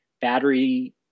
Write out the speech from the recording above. battery